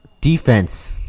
defense